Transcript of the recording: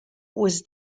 was